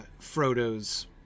Frodo's